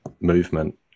movement